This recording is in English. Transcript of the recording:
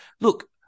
look